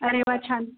अरे वा छान